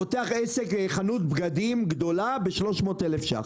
פותח חנות בגדים גדולה ב-300 אלף שקלים.